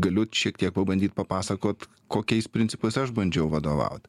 galiu šiek tiek pabandyt papasakot kokiais principais aš bandžiau vadovaut